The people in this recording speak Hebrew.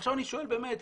עכשיו אני שואל באמת,